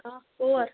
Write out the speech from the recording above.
کانٛہہ کور